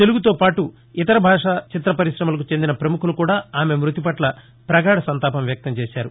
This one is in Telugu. తెలుగుతో పాటు ఇతర భాషల చిత్ర పరిశమలకు చెందిన ప్రముఖులు కూడా ఆమె మృతిపట్ల పగాధ సంతాపం వ్యక్తం చేశారు